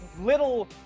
little